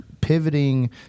pivoting